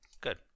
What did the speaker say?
Good